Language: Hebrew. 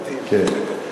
הקול מדהים, כן.